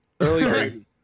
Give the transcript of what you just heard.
Early